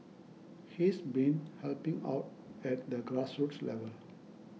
he's been helping out at the grassroots level